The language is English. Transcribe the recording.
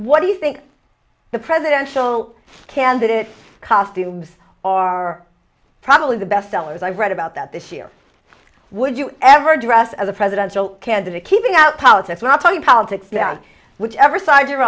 what do you think the presidential candidates costumes are probably the best sellers i've read about that this year would you ever dress as a presidential candidate keeping out politics not talking politics down whichever side you're